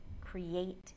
create